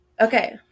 Okay